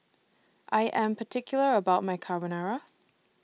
I Am particular about My Carbonara